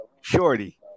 Shorty